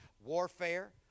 warfare